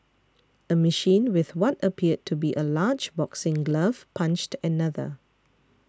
a machine with what appeared to be a large boxing glove punched another